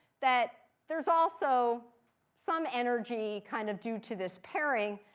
that there's also some energy kind of due to this pairing.